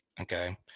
Okay